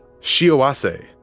Shioase